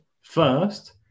first